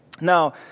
Now